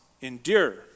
endure